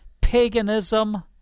paganism